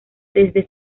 desde